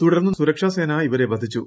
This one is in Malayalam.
തുടർന്ന് സുരക്ഷാസേന ഇവരെ വധിച്ചു